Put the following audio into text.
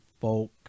folk